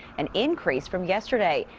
an increase from yesterday.